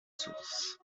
source